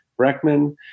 Breckman